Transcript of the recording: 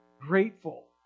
Grateful